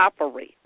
operate